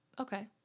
Okay